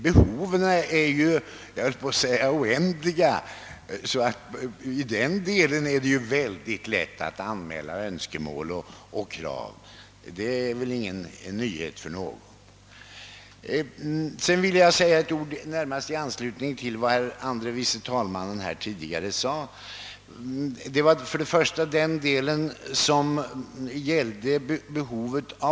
Behoven är naturligtvis nästan oändliga, och det är mycket lätt att anmäla önskemål och krav. Jag vill sedan säga några ord i anslutning till vad herr andre vice talmannen tidigare yttrade beträffande lånebehovet.